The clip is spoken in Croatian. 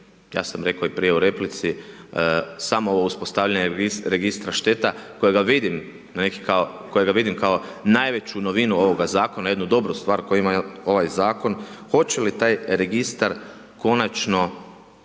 ja sam rekao prije i u replici, samo uspostavljanje Registra šteta, kojega vidim kao najveću novinu ovoga zakona, jednu dobru stvar koji ima ovaj zakon, hoće li taj registar konačno